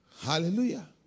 Hallelujah